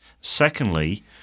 Secondly